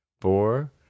four